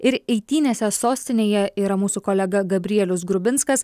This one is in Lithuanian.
ir eitynėse sostinėje yra mūsų kolega gabrielius grubinskas